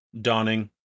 dawning